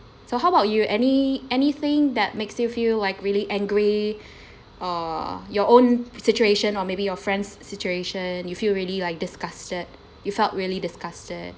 so how about you any anything that makes you feel like really angry or your own situation or maybe your friend's situation you feel really like disgusted you felt really disgusted